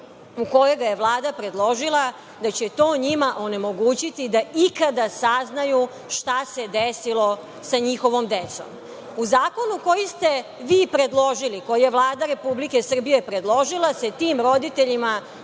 u kojoj ga je Vlada predložila, da će to njima onemogućiti da ikada saznaju šta se desilo sa njihovom decom.U zakonu koji ste vi predložili, koji je Vlada Republike Srbije predložila, se tim roditeljima,